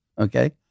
okay